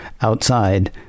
outside